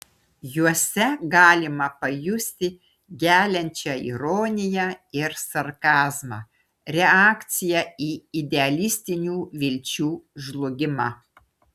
juose galima pajusti geliančią ironiją ir sarkazmą reakciją į idealistinių vilčių žlugimą